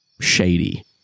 shady